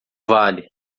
vale